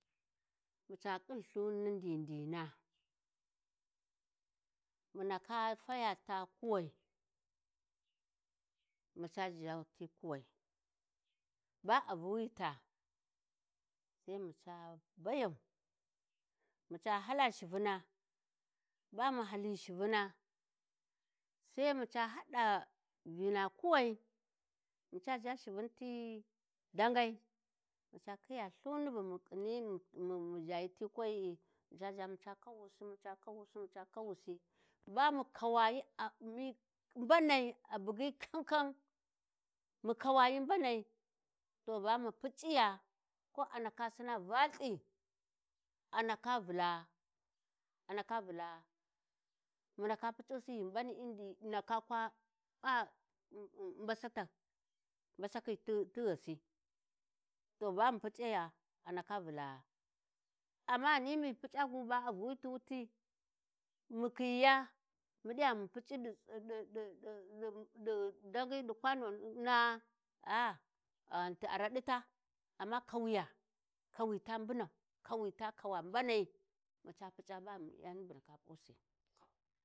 ﻿Maca ƙhin Lhuni d'id'ina, mu ndaka fayata-a kuwai mu ca zha ti kuwai ba a vuwita sai muca bayan, mu ca hala shuvuna, ba mu hali shuvuna sai mu ca haɗa vina khuwai, mu ca ʒha shuvun ti dagai mu Khiya Lhuni bu mu ƙhiniyi “mu mu” mu ʒhayi ti khuwayi mu ca zha mu ca kawusi muca Kawusi muca Kawusi, ba mu kawayi a ummi mbanai a bughi Kankan mu Kawayi mbanai to ba mu puc'iya, ko ndaka Sinna vakthi "a ndaka vula'a a ndaka vula'a" mu ndaka puc'usi ghi mbani indi mu ndaka kwa p’a um um mbashata mbashati "ti ti" ghasi to ba mu puc'iya a ndaka vulagha, amm ghani mu puc'a gu ba a vuwiti wuti mu Khiyiya mu ɗi ya mu puc'i "ɗi-ɗi"-ɗi daghi ɗi kwanoni nagha ah a ghanti a raɗita amma Kawuya kawi ta mbunau kawita kawa mbanai mu ca puc’ala ba yani bu ndaka ɓusi.